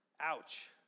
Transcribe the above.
Ouch